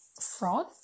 fraud